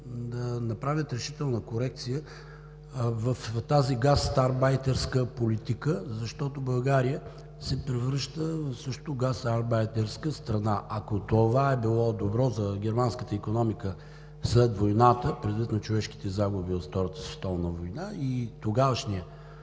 да направят решителна корекция в тази гастарбайтерска политика, защото България се превръща също в гастарбайтерска страна. Ако това е било добро за германската икономика след войната предвид на човешките загуби от Втората световна война и тогавашния